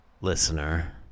listener